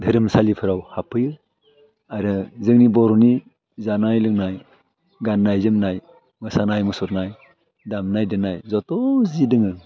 धोरोमसालिफ्राव हाबफैयो आरो जोंनि बर'नि जानाय लोंनाय गान्नाय जोमनाय मोसानाय मुसुरनाय दामनाय देनाय जथ' जि दङो